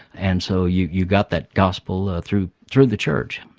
and so you you got that gospel ah through through the church.